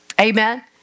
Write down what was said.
Amen